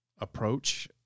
approach